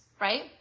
right